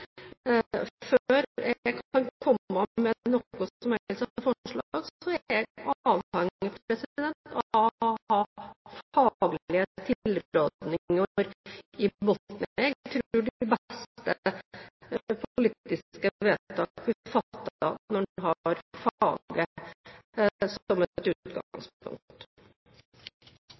før jeg kan komme med noe som helst forslag, er jeg avhengig av å ha faglige tilrådninger i bunnen. Jeg tror de beste politiske vedtak blir fattet når en har faget som et utgangspunkt.